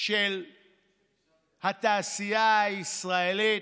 של התעשייה הישראלית,